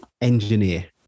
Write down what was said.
Engineer